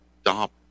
stop